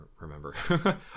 remember